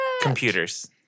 Computers